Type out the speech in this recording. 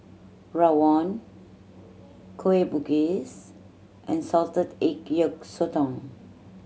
rawon Kueh Bugis and salted egg yolk sotong